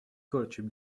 courtship